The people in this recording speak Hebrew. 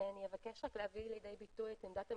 אני אבקש להביא לידי ביטוי את עמדת המשרד,